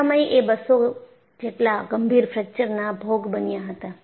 આ સમય એ 200 જેટલા ગંભીર ફ્રેક્ચરના ભોગ બન્યા હતા